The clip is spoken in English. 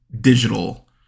digital